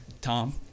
Tom